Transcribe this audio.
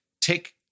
Take